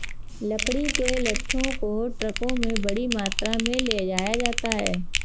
लकड़ी के लट्ठों को ट्रकों में बड़ी मात्रा में ले जाया जाता है